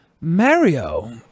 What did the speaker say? Mario